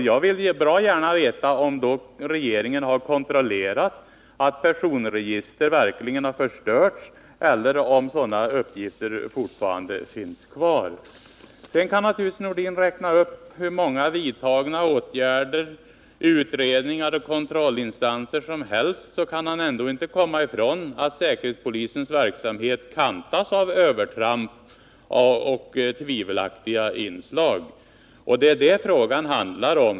Jag vill gärna veta om regeringen har kontrollerat att personregister har förstörts eller om sådana uppgifter fortfarande finns kvar. Sedan kan naturligtvis Sven-Erik Nordin räkna upp hur många vidtagna åtgärder, utredningar och kontrollinstanser som helst, men han kan inte komma ifrån att säkerhetspolisens verksamhet kantas av övertramp och tvivelaktiga inslag. Och det är detta som frågan handlar om.